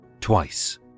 twice